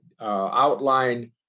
outline